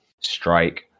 Strike